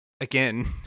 again